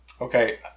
Okay